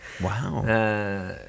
Wow